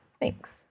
Thanks